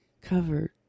covered